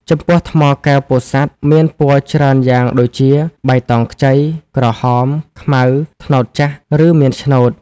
ចំពោះថ្មកែវពោធិសាត់ មានពណ៌ច្រើនយ៉ាងដូចជា បៃតងខ្ចី ក្រហម ខ្មៅ ត្នោតចាស់ ឬមាន ឆ្នូត។